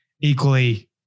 equally